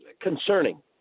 concerning